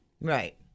Right